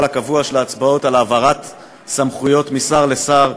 הקבוע של ההצבעות על העברת סמכויות משר לשר.